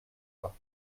pas